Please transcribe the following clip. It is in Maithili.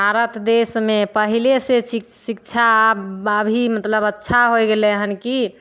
भारत देसमे पहिले से शि शिक्षा अभी मतलब अच्छा होइ गेलै हँ कि